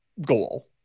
goal